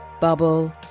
bubble